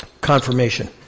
confirmation